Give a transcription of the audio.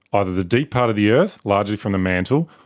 either the deep part of the earth, largely from the mantle,